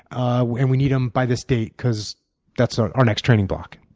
and we need them by this date because that's our our next training block.